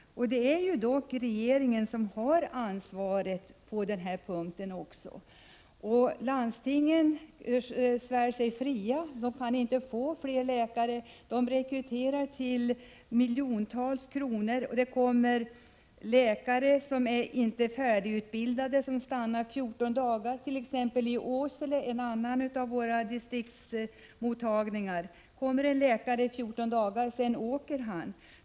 Det är ju ändå regeringen som har ansvaret också på denna punkt. Landstingen svär sig fria. De kan inte få fler läkare. De rekryterar för miljontals kronor. Det kommer läkare som inte är färdigutbildade och som stannar endast kort tid. I t.ex. Åsele, där vi har en av våra distriktsmottagningar, kommer en läkare som stannar i 14 dagar och sedan åker därifrån.